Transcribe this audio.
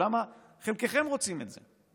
או למה חלקכם רוצים את זה.